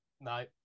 No